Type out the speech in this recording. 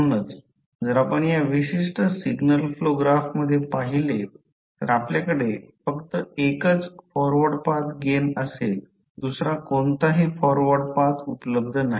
म्हणूनच जर आपण या विशिष्ट सिग्नल फ्लो ग्राफ मध्ये पाहिले तर आपल्याकडे फक्त एकच फॉरवर्ड पाथ असेल दुसरा कोणताही फॉरवर्ड पाथ उपलब्ध नाही